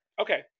Okay